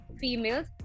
females